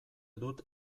dut